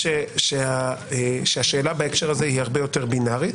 לכן, השאלה בהקשר הזה הרבה יותר בינארית.